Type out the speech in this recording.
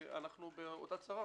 כי אנחנו באותה צרה.